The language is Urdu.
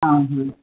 ہاں ہاں